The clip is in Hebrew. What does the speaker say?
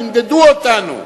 תמדדו אותנו,